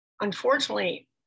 Unfortunately